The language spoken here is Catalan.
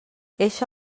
eixe